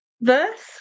verse